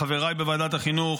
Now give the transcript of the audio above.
לחבריי בוועדת החינוך,